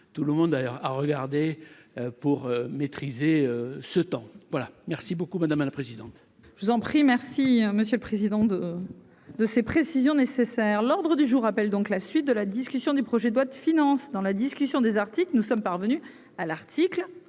tout le monde, air à regarder pour maîtriser ce temps voilà, merci beaucoup, madame la présidente.